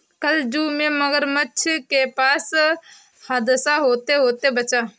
कल जू में मगरमच्छ के पास हादसा होते होते बचा